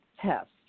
test